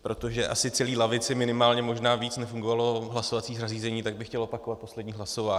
Protože asi v celé lavici minimálně, možná víc, nefungovalo hlasovací zařízení, tak bych chtěl opakovat poslední hlasování.